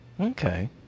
Okay